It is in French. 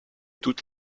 toutes